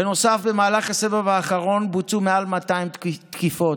בנוסף, במהלך הסיבוב האחרון בוצעו מעל 200 תקיפות,